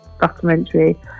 documentary